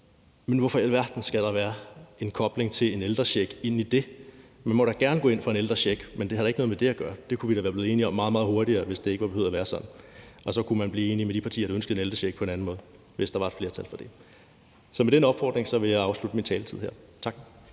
men hvorfor i alverden skal der være en kobling til en ældrecheck inde i det? Man må gerne gå ind for en ældrecheck, men det har da ikke noget med det at gøre. Det kunne vi være blevet enige om meget, meget hurtigere, hvis ikke det behøvede at være sådan, og så kunne man blive enige med de partier, der ønsker en ældrecheck, på en anden måde, hvis der var et flertal for det. Så med den opfordring vil jeg afslutte min taletid her. Tak.